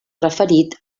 preferit